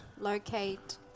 locate